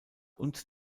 und